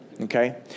okay